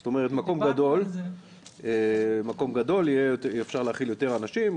זאת אומרת מקום גדול יהיה אפשר להכיל יותר אנשים,